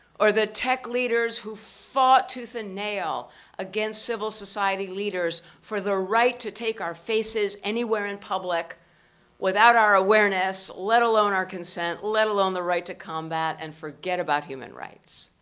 or the tech leaders who fought tooth and nail against civil society leaders for the right to take our faces anywhere in public without our awareness, let alone our consent, let alone the right to combat, and forget about human rights.